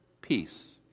peace